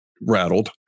rattled